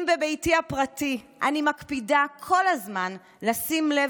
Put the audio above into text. אם בביתי הפרטי אני מקפידה כל הזמן לשים לב